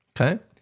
okay